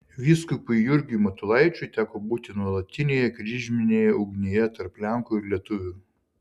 vyskupui jurgiui matulaičiui teko būti nuolatinėje kryžminėje ugnyje tarp lenkų ir lietuvių